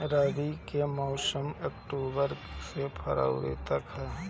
रबी के मौसम अक्टूबर से फ़रवरी तक ह